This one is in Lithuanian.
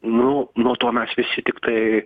nu nuo to mes visi tiktai